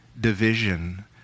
division